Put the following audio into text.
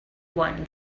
ones